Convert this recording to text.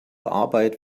arbeit